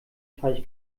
teich